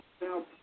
now